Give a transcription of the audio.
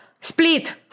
split